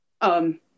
Um-